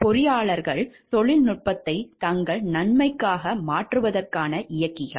பொறியாளர்கள் தொழில்நுட்பத்தை தங்கள் நன்மைக்காக மாற்றுவதற்கான இயக்கிகள்